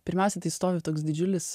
pirmiausia tai stovi toks didžiulis